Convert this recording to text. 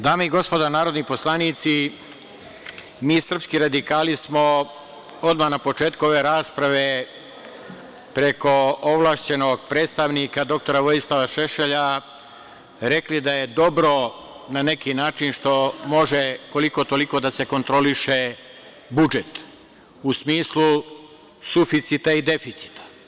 Dame i gospodo narodni poslanici, mi srpski radikali smo odmah na početku ovo rasprave preko ovlašćenog predstavnika, dr Vojislava Šešelja, rekli da je dobro, na neki način, što može koliko toliko da se kontroliše budžet u smislu suficita i deficita.